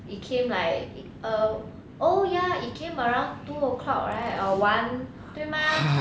it came like err oh ya it came around two o'clock right or [one] 对吗